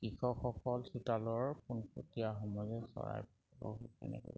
কৃষকসকল চোতালৰ সময়ে চৰাই কেনেকৈ